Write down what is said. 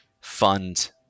fund